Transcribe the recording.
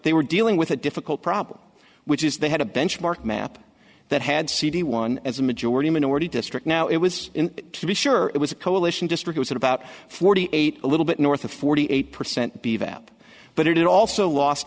they were dealing with a difficult problem which is they had a benchmark map that had cd one as a majority minority district now it was to be sure it was a coalition district was about forty eight a little bit north of forty eight percent be valid but it also lost